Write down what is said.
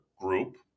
group